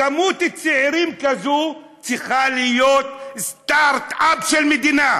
כמות צעירים כזו צריכה להיות סטרט-אפ של מדינה,